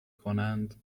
کنند